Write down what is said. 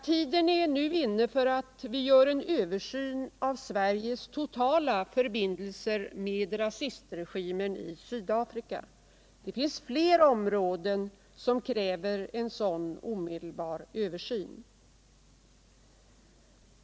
Tiden är nu inne för att göra en översyn av Sveriges totala förbindelser med rasistregimen i Sydafrika. Det finns flera områden som kräver en sådan omedelbar översyn.